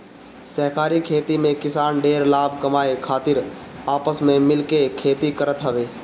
सहकारी खेती में किसान ढेर लाभ कमाए खातिर आपस में मिल के खेती करत हवे